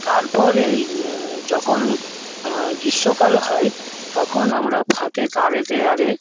তারপর এই যখন গ্রীষ্মকাল হয় তখন আমরা ফাঁকা তারেতে